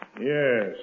Yes